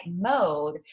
mode